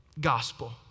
gospel